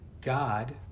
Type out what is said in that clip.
God